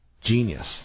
Genius